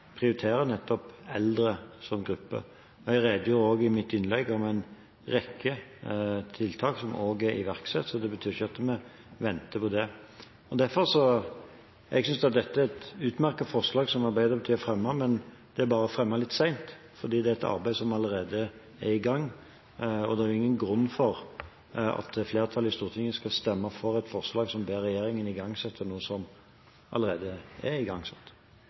prioriterer nettopp eldre som gruppe. Jeg redegjorde også i mitt innlegg for en rekke tiltak som er iverksatt, så det betyr ikke at vi venter med det. Jeg synes Arbeiderpartiet har fremmet et utmerket forslag, men det er fremmet litt sent. Arbeidet er allerede i gang, og det er ingen grunn til at flertallet i Stortinget skal stemme for et forslag som ber regjeringen igangsette noe som allerede er igangsatt.